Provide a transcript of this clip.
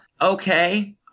Okay